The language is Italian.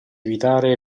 evitare